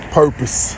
purpose